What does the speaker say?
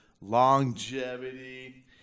longevity